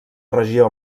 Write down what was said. regió